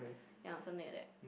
ya something like that